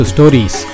Stories